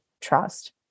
trust